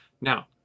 Now